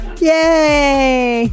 Yay